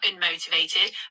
unmotivated